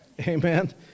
Amen